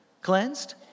cleansed